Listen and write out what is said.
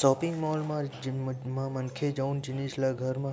shopping mall म मनखे जउन जिनिस ल घर म